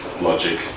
logic